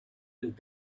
and